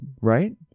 Right